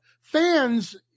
fans